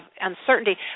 uncertainty